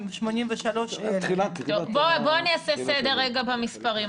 בואו אעשה סדר במספרים.